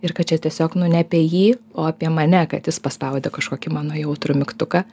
ir kad čia tiesiog nu ne apie jį o apie mane kad jis paspaudė kažkokį mano jautrų mygtuką